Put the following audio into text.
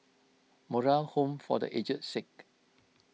Moral Home for the Aged Sick